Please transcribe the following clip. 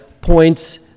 points